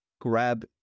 grab